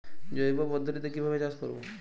জৈব পদ্ধতিতে কিভাবে চাষ করব?